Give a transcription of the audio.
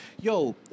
yo